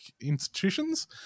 institutions